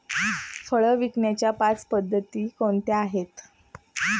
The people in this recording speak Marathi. फळे विकण्याच्या पाच पद्धती कोणत्या आहेत?